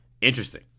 interesting